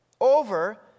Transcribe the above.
over